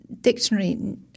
Dictionary